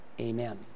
Amen